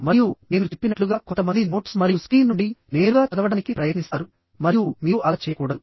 మరియు నేను చెప్పినట్లుగా కొంతమంది నోట్స్ మరియు స్క్రీన్ నుండి నేరుగా చదవడానికి ప్రయత్నిస్తారు మరియు మీరు అలా చేయకూడదు